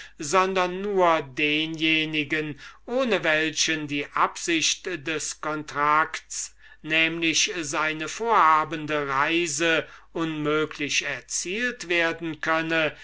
sondern nur denjenigen ohne welchen die absicht des contracts nämlich seine vorhabende reise ohnmöglich erzielt werden könne